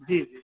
جی جی